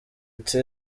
iti